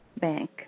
bank